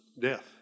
death